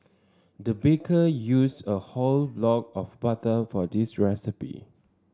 the baker used a whole block of butter for this recipe